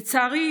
לצערי,